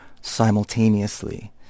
simultaneously